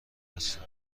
هستند